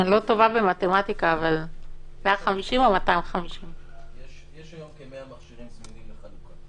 אני לא טובה במתמטיקה אבל --- יש היום כ-150 מכשירים זמינים לחלוקה,